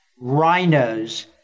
rhinos